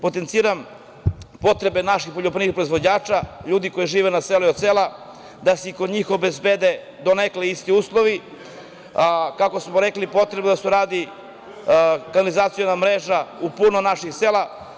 Potenciram potrebe naših poljoprivrednih proizvođača, ljudi koji žive na selu i od sela, da se i kod njih obezbede donekle isti uslovi, a kako smo rekli potrebno je da se uradi kanalizaciona mreža u puno naših sela.